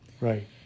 Right